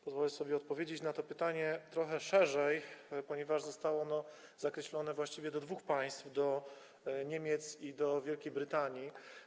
Pozwolę sobie odpowiedzieć na to pytanie trochę szerzej, ponieważ zostało ono zakreślone właściwie co do dwóch państw - Niemiec i Wielkiej Brytanii.